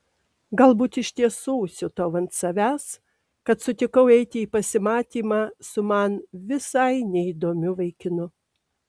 galbūt iš tiesų siutau ant savęs kad sutikau eiti į pasimatymą su man visai neįdomiu vaikinu